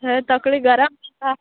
हय तकली गरम उरता